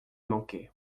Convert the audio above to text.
manqué